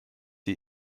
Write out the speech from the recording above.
die